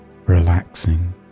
relaxing